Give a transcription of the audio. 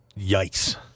yikes